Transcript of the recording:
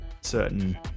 certain